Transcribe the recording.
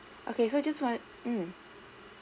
okay just wan~ mm